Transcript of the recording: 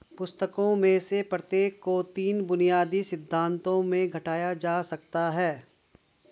पुस्तकों में से प्रत्येक को तीन बुनियादी सिद्धांतों में घटाया जा सकता है